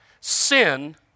Sin